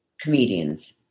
comedians